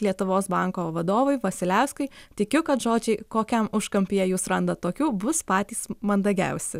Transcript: lietuvos banko vadovui vasiliauskui tikiu kad žodžiai kokiam užkampyje jūs randat tokių bus patys mandagiausi